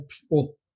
people